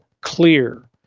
clear